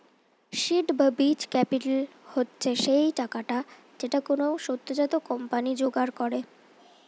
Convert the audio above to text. seed বা বীজ capital হচ্ছে সেই টাকাটা যেইটা কোনো সদ্যোজাত কোম্পানি জোগাড় করে